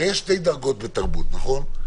הרי יש שתי דרגות בתרבות, נכון?